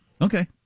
Okay